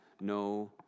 no